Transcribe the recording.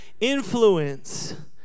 influence